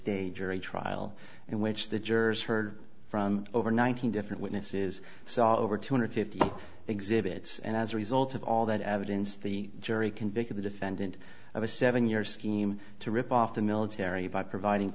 day jury trial in which the jurors heard from over one thousand different witnesses saw over two hundred fifty exhibits and as a result of all that evidence the jury convict the defendant of a seven year scheme to rip off the military by providing